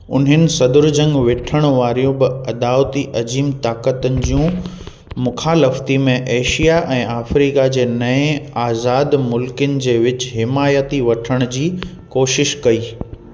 उन्हनि सर्दु जंगु विठण वारियूं ब॒ अदावती अज़ीम ताक़तुनि जियूं मुख़ालफ़ति में एशिया ऐं अफ्रीका जे नऐं आज़ाद मुल्कनि जे विच हिमायति वठण जी कोशिश कई